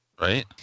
Right